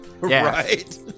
Right